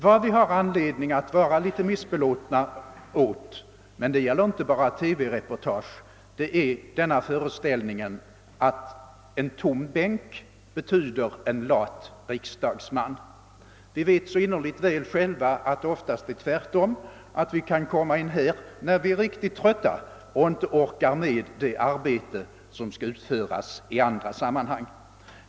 Vad vi har anledning att vara litet missbelåtna med — men det gäller inte bara TV-reportagen — är föreställningen att en tom bänk betyder en lat riksdagsman. Vi vet själva så innerligt väl att det ofta är tvärtom, att vi kan komma in i kammaren när vi är riktigt trötta och inte orkar med det arbete som skall utföras i andra sammanhang.